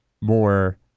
more